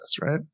right